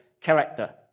character